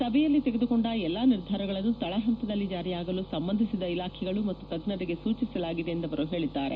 ಸಭೆಯಲ್ಲಿ ತೆಗೆದುಕೊಂಡ ಎಲ್ಲಾ ನಿರ್ಧಾರಗಳನ್ನು ತಳಪಂತದಲ್ಲಿ ಜಾರಿಯಾಗಲು ಸಂಬಂಧಿಸಿದ ಇಲಾಖೆಗಳು ಮತ್ತು ತಜ್ಞರಿಗೆ ಸೂಚಿಸಲಾಗಿದೆ ಎಂದು ಅವರು ಹೇಳಿದ್ದಾರೆ